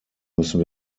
müssen